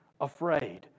afraid